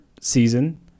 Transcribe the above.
season